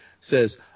says